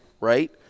right